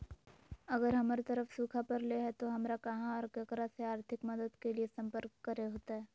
अगर हमर तरफ सुखा परले है तो, हमरा कहा और ककरा से आर्थिक मदद के लिए सम्पर्क करे होतय?